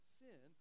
sin